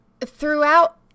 throughout